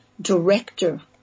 director